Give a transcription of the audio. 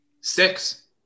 Six